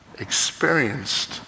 experienced